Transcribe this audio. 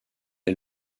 est